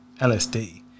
LSD